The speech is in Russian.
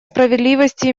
справедливости